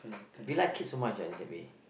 we like it so much ya in that way